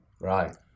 Right